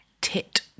tit